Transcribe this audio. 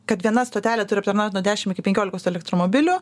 kad viena stotelė turi aptarnaut nuo dešim iki penkiolikos elektromobilių